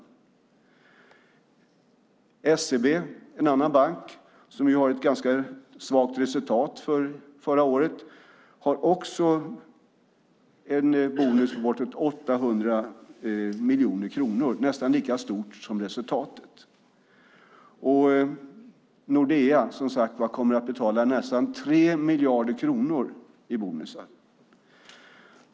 SEB - det är en annan bank som hade ett ganska svagt resultat förra året - har också en bonus på bortåt 800 miljoner kronor. Det är nästan lika stort som resultatet. Och Nordea kommer att betala nästan 3 miljarder kronor i bonusar.